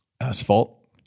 asphalt